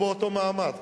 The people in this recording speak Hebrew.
אנחנו פה באותו מעמד.